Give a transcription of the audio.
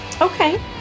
Okay